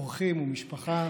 אורחים ומשפחה,